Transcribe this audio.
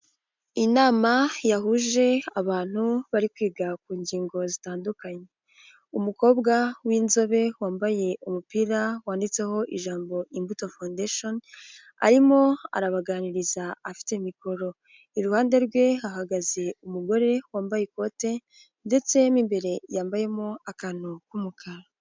Inama yahuje abantu bari kwiga ku ngingo zitandukanye, umukobwa w'inzobe wambaye umupira wanditseho ijambo "Imbuto foundation", arimo arabaganiriza afite mikoro, iruhande rwe hahagaze umugore wambaye ikote ndetse imbere yambayemo akantu k'umukara.